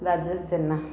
Rajesh Jena